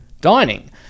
dining